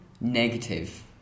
negative